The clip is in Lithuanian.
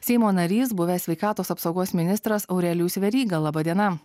seimo narys buvęs sveikatos apsaugos ministras aurelijus veryga laba diena